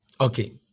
Okay